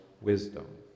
wisdom